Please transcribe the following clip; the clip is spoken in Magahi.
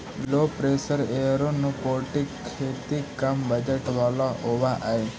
लो प्रेशर एयरोपोनिक खेती कम बजट वाला होव हई